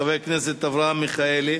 חבר הכנסת אברהם מיכאלי.